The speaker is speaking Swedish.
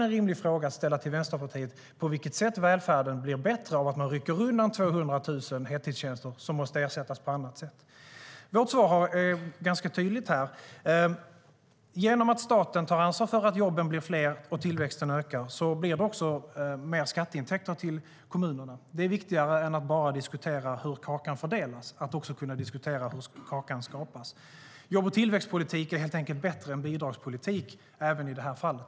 En rimlig fråga att ställa till Vänsterpartiet är på vilket sätt välfärden blir bättre av att man rycker undan 200 000 heltidstjänster som måste ersättas på annat sätt. Vårt svar är ganska tydligt. Genom att staten tar ansvar för att jobben blir fler och tillväxten ökar blir det också mer skatteintäkter till kommunerna. Viktigare än att bara diskutera hur kakan fördelas är att diskutera hur den skapas. Jobb och tillväxtpolitik är helt enkelt bättre än bidragspolitik även i det här fallet.